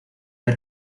ver